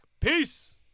Peace